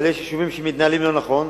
אבל יש יישובים שמתנהלים לא נכון.